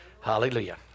Hallelujah